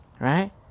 right